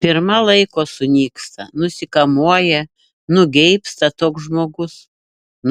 pirma laiko sunyksta nusikamuoja nugeibsta toks žmogus